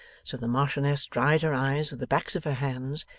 so the marchioness dried her eyes with the backs of her hands,